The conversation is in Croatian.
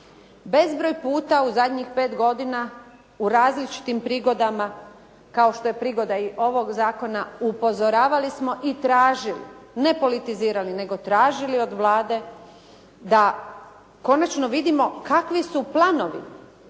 Bezbroj puta u zadnjih pet godina u različitim prigodama kao što je prigoda i ovog zakona, upozoravali smo i tražili, ne politizirali nego tražili od Vlade da konačno vidimo kakvi su planovi